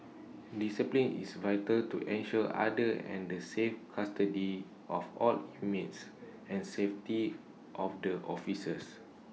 discipline is vital to ensure order and the safe custody of all inmates and safety of the officers